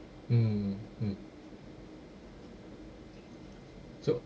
mm mm so